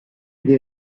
des